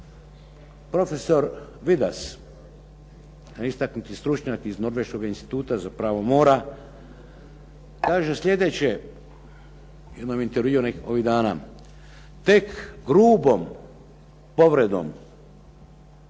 prof. Vidas, istaknuti stručnjak iz norveškoga instituta za pravo mora, kaže slijedeće, u jednom intervjuu ovih dana, tek grubom povredom